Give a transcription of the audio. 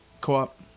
Co-op